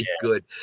good